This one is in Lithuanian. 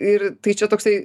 ir tai čia toksai